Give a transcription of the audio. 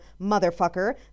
motherfucker